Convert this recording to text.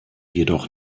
jedoch